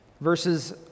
Verses